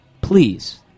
Please